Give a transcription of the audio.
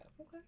okay